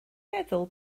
meddwl